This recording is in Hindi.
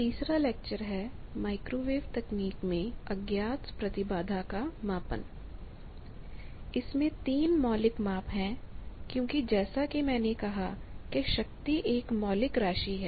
इसमें 3 मौलिक माप हैं क्योंकि जैसा कि मैंने कहा कि शक्ति एक मौलिक राशि है